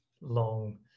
long